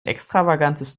extravagantes